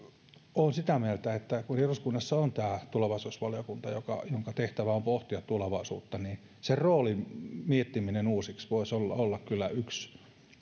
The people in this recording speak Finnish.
olen sitä mieltä että kun eduskunnassa on tämä tulevaisuusvaliokunta jonka jonka tehtävä on pohtia tulevaisuutta niin sen roolin miettiminen uusiksi voisi olla olla kyllä yksi keino